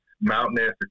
mountainous